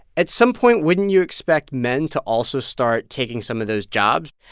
at some point, wouldn't you expect men to also start taking some of those jobs?